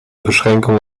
beschränkung